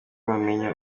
bamenya